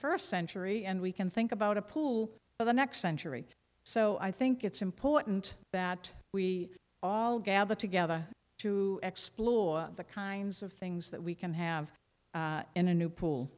first century and we can think about a pool for the next century so i think it's important that we all gather together to explore the kinds of things that we can have in a new pool